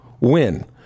win